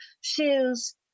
shoes